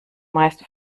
meist